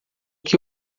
que